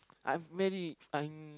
I'm very I'm